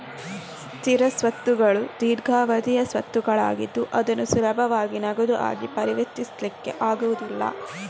ಸ್ಥಿರ ಸ್ವತ್ತುಗಳು ದೀರ್ಘಾವಧಿಯ ಸ್ವತ್ತುಗಳಾಗಿದ್ದು ಅದನ್ನು ಸುಲಭವಾಗಿ ನಗದು ಆಗಿ ಪರಿವರ್ತಿಸ್ಲಿಕ್ಕೆ ಆಗುದಿಲ್ಲ